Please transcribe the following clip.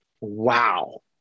wow